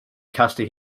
caste